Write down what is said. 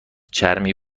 چرمی